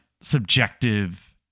subjective